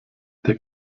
der